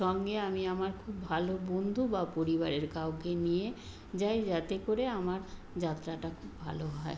সঙ্গে আমি আমার খুব ভালো বন্ধু বা পরিবারের কাউকে নিয়ে যাই যাতে করে আমার যাত্রাটা খুব ভালো হয়